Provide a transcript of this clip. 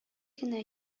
генә